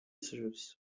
serves